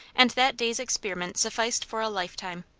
and that day's experiment sufficed for a lifetime.